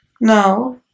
now